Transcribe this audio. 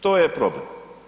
To je problem.